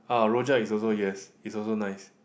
ah rojak is also yes is also nice